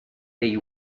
dei